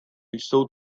jsou